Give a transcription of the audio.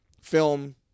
film